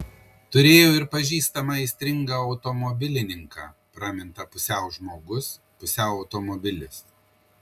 turėjau ir pažįstamą aistringą automobilininką pramintą pusiau žmogus pusiau automobilis